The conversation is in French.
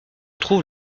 trouve